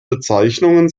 bezeichnungen